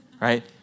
right